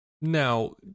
Now